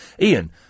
Ian